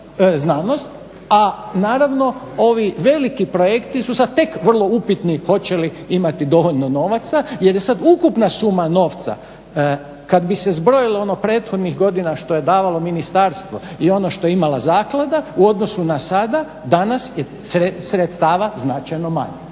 a naravno ovi veliki projekti su sad tek vrlo upitni hoće li imati dovoljno novaca jer je sad ukupna suma novca, kad bi se zbrojilo ono prethodnih godina što je davalo ministarstvo i ono što je imala zaklada u odnosu na sad, danas je sredstava značajno manje.